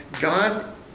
God